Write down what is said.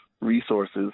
resources